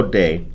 day